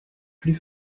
plus